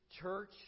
Church